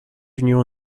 union